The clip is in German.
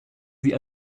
sie